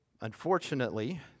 Unfortunately